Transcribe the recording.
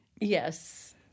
Yes